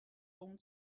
own